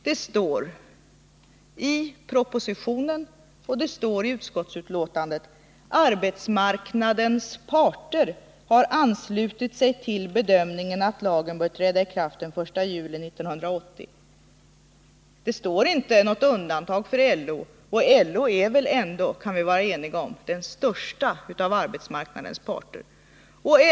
Det står i propositionen och i utskottsbetänkandet: ”Arbetsmarknadens parter har anslutit sig till bedömningen att lagen bör träda i kraft den 1 juli 1980.” Det talas inte om något undantag för LO, och LO är väl ändå, kan vi vara eniga om, den största av arbetsmarknadens parter.